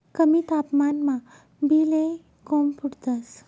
कमी तापमानमा बी ले कोम फुटतंस